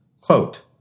Quote